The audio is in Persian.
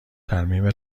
ترمیم